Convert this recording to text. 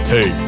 Hey